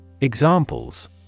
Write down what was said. Examples